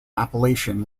appellation